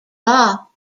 law